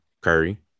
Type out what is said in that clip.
Curry